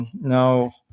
Now